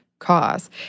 cause